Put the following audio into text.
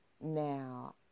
Now